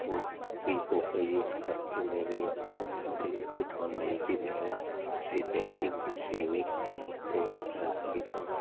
ਉਹ ਵੀਕ ਹੋ ਗਈ ਅਤੇ ਇਸ ਕਰਕੇ ਮੈਂ ਵੀ ਆਪਣੇ ਦਿਲ 'ਚ ਠਾਣ ਲਈ ਕਿ ਮੈਂ ਸੇ ਬੈਂਕਿੰਗ ਦੀ ਸੇਵਿੰਗ ਅਤੇ ਹੈ ਬੀਮਾਂ